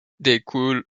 découlent